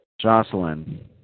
Jocelyn